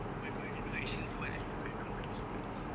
oh my god you know actually why I love hydroponics so much